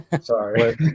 Sorry